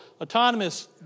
autonomous